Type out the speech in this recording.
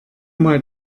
mal